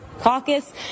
caucus